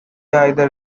either